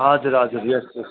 हजुर हजुर यस यस